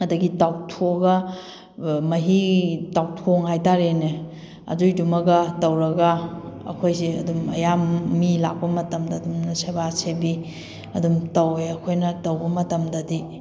ꯑꯗꯒꯤ ꯇꯥꯎꯊꯣꯛꯑꯒ ꯃꯍꯤ ꯇꯥꯎꯊꯣꯡ ꯍꯥꯏꯇꯥꯔꯦꯅꯦ ꯑꯗꯨꯏꯗꯨ ꯑꯃꯒ ꯇꯧꯔꯒ ꯑꯩꯈꯣꯏꯁꯦ ꯑꯗꯨꯝ ꯑꯌꯥꯝ ꯃꯤ ꯂꯥꯛꯄ ꯃꯇꯝꯗ ꯑꯗꯨꯝꯅ ꯁꯦꯕꯥ ꯁꯦꯕꯤ ꯑꯗꯨꯝ ꯇꯧꯋꯦ ꯑꯩꯈꯣꯏꯅ ꯇꯧꯕ ꯃꯇꯝꯗꯗꯤ